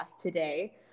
today